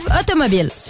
automobile